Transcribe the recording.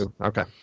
okay